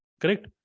Correct